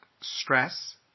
stress